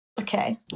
Okay